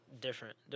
different